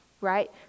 Right